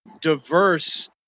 diverse